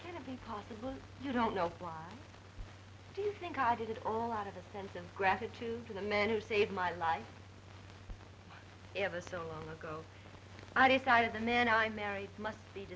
can it be possible you don't know why do you think i did it all out of the phantom gratitude to the men who saved my life ever so long ago i decided the man i married must